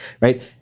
right